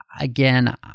Again